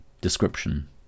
description